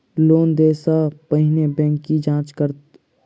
Loan देय सा पहिने बैंक की जाँच करत?